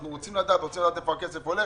אנחנו רוצים לדעת לאן הכסף הולך,